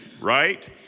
right